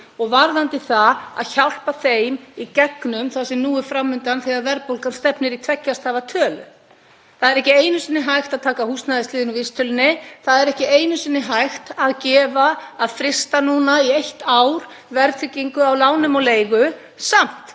og varðandi það að hjálpa þeim í gegnum það sem fram undan er þegar verðbólgan stefnir í tveggja stafa tölu. Það er ekki einu sinni hægt að taka húsnæðisliðinn úr vísitölunni. Það er ekki einu sinni hægt að frysta í eitt ár verðtryggingu á lánum og leigu. Samt